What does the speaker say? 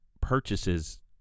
purchases